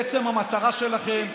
בעצם המטרה שלכם,